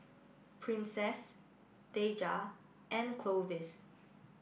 princess Deja and Clovis